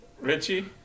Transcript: Richie